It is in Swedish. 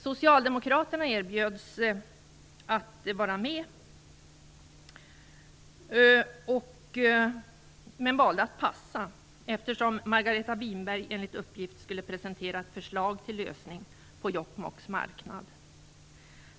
Socialdemokraterna erbjöds att vara med, men valde att passa, eftersom Margareta Winberg enligt uppgift skulle presentera ett förslag till lösning på Jokkmokks marknad.